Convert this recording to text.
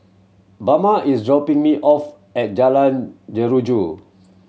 Bama is dropping me off at Jalan Jeruju